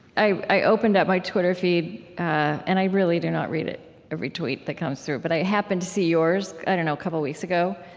i i opened up my twitter feed and i really do not read every tweet that comes through but i happened to see yours, i don't know, a couple weeks ago.